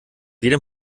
jedem